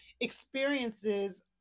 experiences